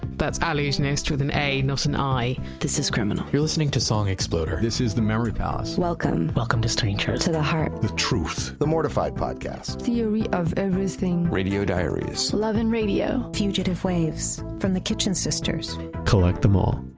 that's allusionist with an a, not an i this is criminal you're listening to song exploder this is the memory palace welcome welcome to stranger to the heart the truth the mortified podcast theory of everything radio diaries love and radio fugitive waves from the kitchen sisters collect them all.